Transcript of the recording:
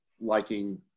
liking